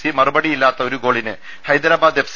C മറുപടിയില്ലാത്ത ഒരു ഗോളിന് ഹൈദരാബാദ് എഫ്